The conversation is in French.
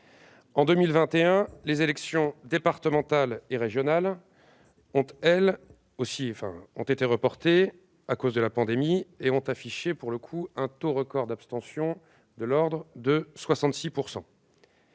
En 2021, les élections départementales et régionales, reportées à cause de la pandémie, ont affiché un taux record d'abstention, de l'ordre de 66 %.